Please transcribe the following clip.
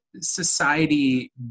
society